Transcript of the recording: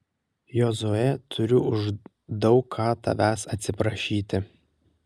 jozue turiu už daug ką tavęs atsiprašyti